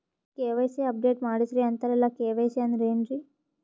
KYC update ಮಾಡಸ್ರೀ ಅಂತರಲ್ಲ KYC ಅಂದ್ರ ಏನ್ರೀ?